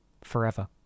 forever